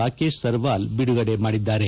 ರಾಕೇಶ್ ಸರ್ವಾಲ್ ಬಿಡುಗಡೆ ಮಾಡಿದ್ದಾರೆ